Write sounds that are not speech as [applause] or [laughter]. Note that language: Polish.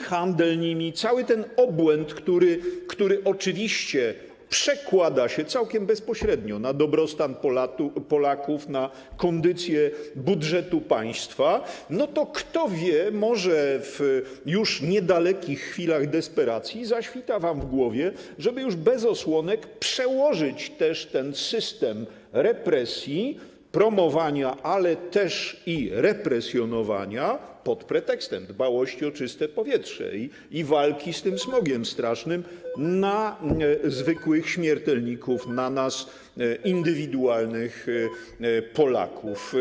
handel nimi - cały ten obłęd, który oczywiście przekłada się całkiem bezpośrednio na dobrostan Polaków, na kondycję budżetu państwa, to kto wie, może w niedalekich już chwilach desperacji zaświta wam w głowie, żeby już bez osłonek przełożyć ten system represji, promowania, ale i represjonowania, pod pretekstem dbałości o czyste powietrze i walki z tym strasznym smogiem, [noise] na zwykłych śmiertelników, na nas, indywidualnych Polaków.